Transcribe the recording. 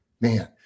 man